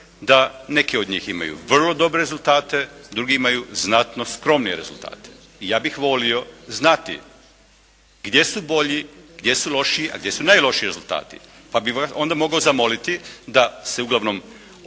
da neke od njih imaju vrlo dobre rezultate, drugi imaju znatno skromnije rezultate. I ja bih volio znati gdje su bolji, gdje su lošiji, a gdje su najlošiji rezultati? Pa bih onda mogao zamoliti da se uglavnom